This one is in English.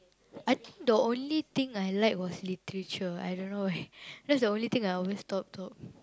I think the only thing I like was literature I don't know eh that's the only thing I always top top